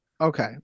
okay